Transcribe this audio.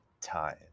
time